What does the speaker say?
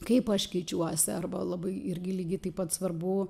kaip aš keičiuosi arba labai irgi lygiai taip pat svarbu